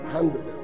Handle